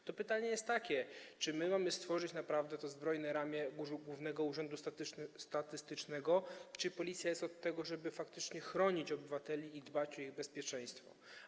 A więc pytanie jest takie: czy my mamy stworzyć naprawdę to zbrojne ramię Głównego Urzędu Statystycznego, czy Policja jest od tego, żeby faktycznie chronić obywateli i dbać o ich bezpieczeństwo?